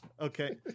Okay